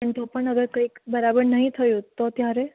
પણ તો પણ હવે કંઈક બરાબર નહીં થયું તો ત્યારે